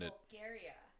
Bulgaria